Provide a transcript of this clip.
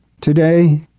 Today